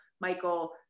Michael